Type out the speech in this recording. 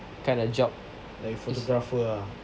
kind of job